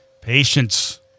Patience